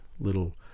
little